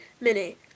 Mini